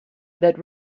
that